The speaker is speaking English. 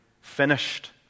finished